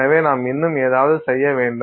எனவே நாம் இன்னும் ஏதாவது செய்ய வேண்டும்